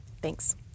Thanks